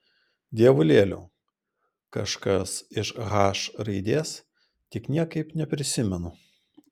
dievulėliau kažkas iš h raidės tik niekaip neprisimenu